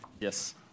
yes